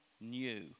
new